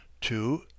two